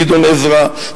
גדעון עזרא,